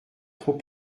trop